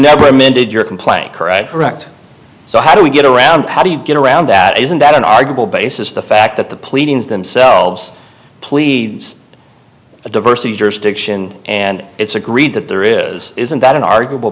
never mended your complaint correct correct so how do we get around how do you get around that isn't that an arguable basis the fact that the pleadings themselves pleads to diversity jurisdiction and it's agreed that there is isn't that an arguable